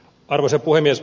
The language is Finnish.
arvoisa puhemies